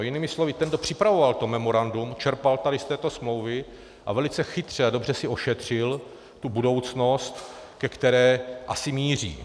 Jinými slovy ten, kdo připravoval to memorandum, čerpal tady z této smlouvy a velice chytře a dobře si ošetřil tu budoucnost, ke které asi míří.